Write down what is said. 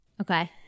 Okay